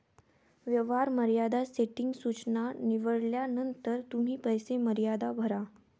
व्यवहार मर्यादा सेटिंग सूचना निवडल्यानंतर तुम्ही पैसे मर्यादा भरा